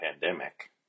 pandemic